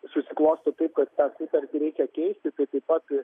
susiklosto taip kad tą sutartį reikia keisti tai taip pat